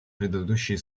предыдущие